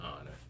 honor